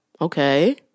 Okay